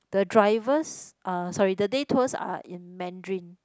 the drivers are sorry the day tours are in Mandarin